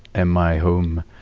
and my home,